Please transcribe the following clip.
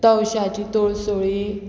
तवशाची तोळसोळी